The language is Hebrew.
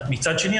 מצד שני,